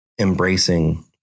embracing